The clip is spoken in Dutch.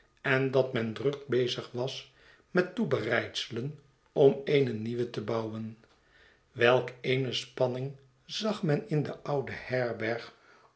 en dat men druk bezig was met toebereidselen om eene nieuwe te bouwen welle eene spanning zag men in de oude herberg